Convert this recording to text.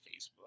Facebook